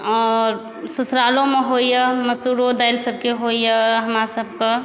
आओर ससुरालोमे होइए मसूरो दालिसबके होइए हमरसबके